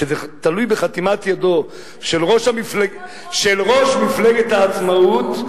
שזה תלוי בחתימת ידו של ראש מפלגת העצמאות,